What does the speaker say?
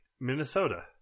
Minnesota